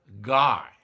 guy